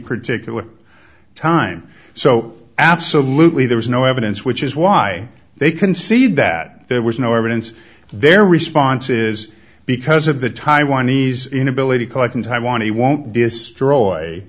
particular time so absolutely there was no evidence which is why they concede that there was no evidence their response is because of the taiwanese inability collect in taiwan he won't destroy